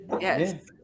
Yes